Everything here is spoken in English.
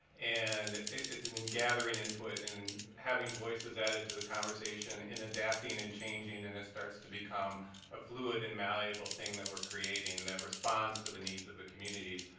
and it's in gathering input and having voices added to the conversation in adapting and changing and it starts to become a fluid and malleable thing that we're creating that responds to the needs of the communities.